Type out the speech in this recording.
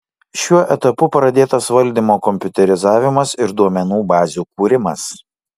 šiuo etapu pradėtas valdymo kompiuterizavimas ir duomenų bazių kūrimas